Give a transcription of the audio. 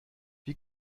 wie